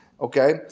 Okay